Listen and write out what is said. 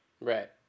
right